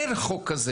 אין לגביו חוק.